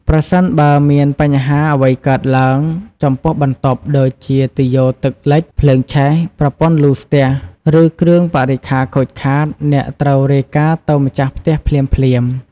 ប្រសិនបើមានបញ្ហាអ្វីកើតឡើងចំពោះបន្ទប់ ដូចជាទុយោទឹកលេច ភ្លើងឆេះ ប្រព័ន្ធលូស្ទះ ឬគ្រឿងបរិក្ខារខូចខាត អ្នកត្រូវរាយការណ៍ទៅម្ចាស់ផ្ទះភ្លាមៗ។